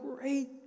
great